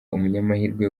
umunyamahirwe